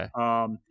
Okay